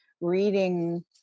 reading